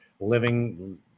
Living